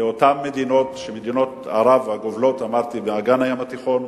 אל אותן מדינות ערב שגובלות באגן הים התיכון,